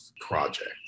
project